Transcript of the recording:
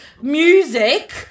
music